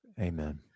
Amen